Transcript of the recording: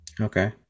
Okay